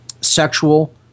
Sexual